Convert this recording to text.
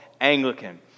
Anglican